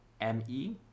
M-E